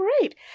great